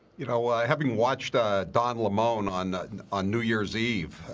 you know having watched ah don the mont on and on new year's eve,